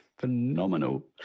phenomenal